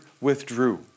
withdrew